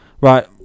Right